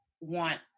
want